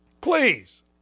Please